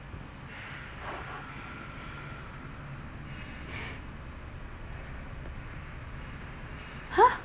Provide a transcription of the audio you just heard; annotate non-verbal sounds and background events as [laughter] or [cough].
[breath] ha